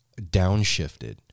downshifted